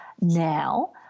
now